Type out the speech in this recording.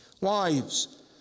Wives